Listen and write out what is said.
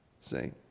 See